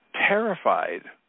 terrified